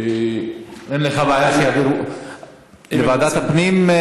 אין לך בעיה שיעבירו לוועדת הפנים?